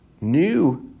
new